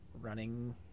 running